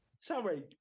sorry